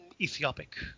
Ethiopic